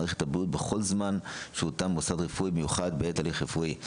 מערכת הבריאות בכל זמן שהותם במוסד רפואי במיוחד בעת הליך רפואי.